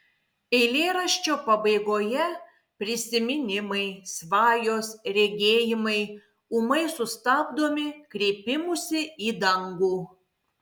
eilėraščio pabaigoje prisiminimai svajos regėjimai ūmai sustabdomi kreipimusi į dangų